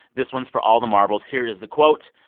this one's for all the marbles. here is the quote.